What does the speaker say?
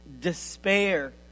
despair